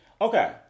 Okay